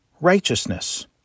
righteousness